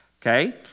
Okay